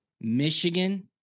Michigan